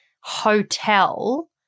hotel